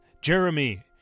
Jeremy